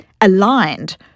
aligned